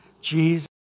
Jesus